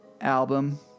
album